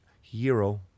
hero